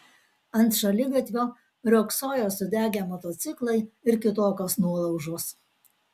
ant šaligatvio riogsojo sudegę motociklai ir kitokios nuolaužos